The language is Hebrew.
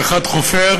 האחד חופר